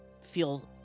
feel